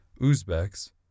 Uzbeks